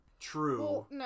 True